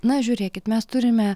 na žiūrėkit mes turime